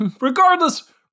regardless